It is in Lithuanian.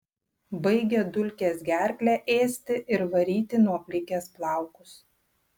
baigia dulkės gerklę ėsti ir varyti nuo plikės plaukus